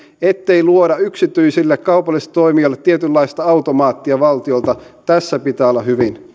ettei luoda yksityisille kaupallisille toimijoille tietynlaista automaattia valtiolta tässä pitää olla hyvin